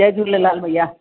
जय झूलेलाल भैया